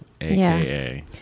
AKA